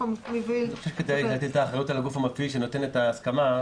אני חושב שכדאי להטיל את האחריות על הגוף המפעיל שנותן את ההסכמה,